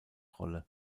rolle